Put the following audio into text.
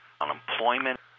unemployment